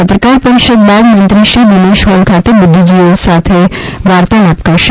પત્રકાર પરિષદ બાદ મંત્રીશ્રી દિનેશ હૉલ ખાતે બુધ્ધિજીવીઓ સાથે વાર્તાલાપ કરશે